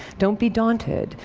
don't be daunted.